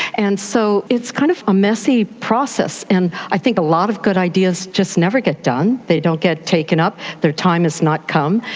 and so it's kind of a messy process. and i think a lot of good ideas just never get done, they don't get taken up, their time has not come,